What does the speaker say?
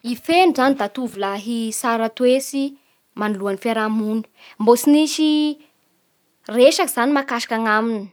I Feno zany da tovolahy tsara toetsy manoloan'ny fiaraha-mony. Mbô tsy nisy resaky zany mahakasiky anaminy.